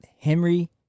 Henry